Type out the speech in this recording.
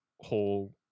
whole